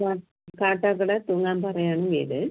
കാ കാട്ടാക്കട തൂങ്ങാംപാറയാണ് വീട്